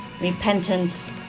repentance